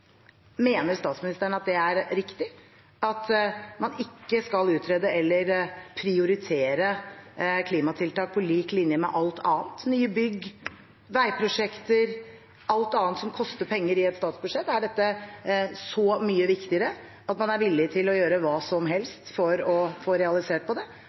Mener statsministeren at det er riktig at man ikke skal utrede eller prioritere klimatiltak på lik linje med alt annet – nye bygg, veiprosjekter og alt annet som koster penger i et statsbudsjett? Er dette så mye viktigere at man er villig til å gjøre hva som helst for å få realisert det,